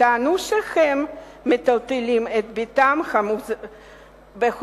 וטענו שהם מטלטלים את בתם בחוזקה.